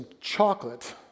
chocolate